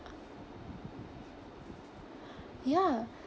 ya